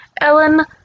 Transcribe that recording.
Ellen